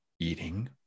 Eating